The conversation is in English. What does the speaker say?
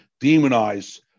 demonize